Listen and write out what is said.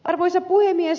arvoisa puhemies